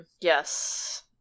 Yes